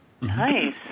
nice